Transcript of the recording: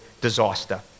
disaster